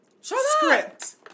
Script